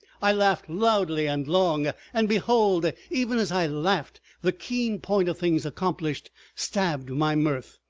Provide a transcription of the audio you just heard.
i laughed loudly and long. and behold! even as i laughed the keen point of things accomplished stabbed my mirth,